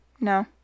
No